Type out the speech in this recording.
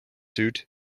suit